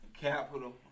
Capital